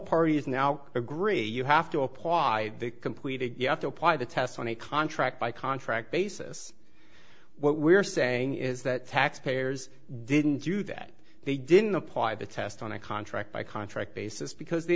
parties now agree you have to apply completed you have to apply the test on a contract by contract basis what we're saying is that taxpayers didn't do that they didn't apply the test on a contract by contract basis because they